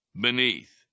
beneath